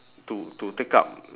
to to take up